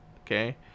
okay